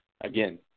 Again